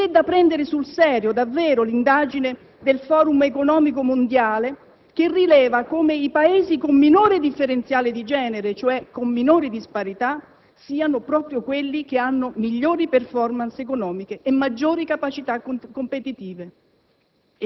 È da prendere sul serio davvero l'indagine del Forum economico mondiale, che rileva come i Paesi con minore differenziale di genere, cioè con minori disparità, siano proprio quelli che hanno migliori *performance* economiche e maggiori capacità competitive.